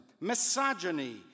misogyny